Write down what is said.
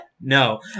No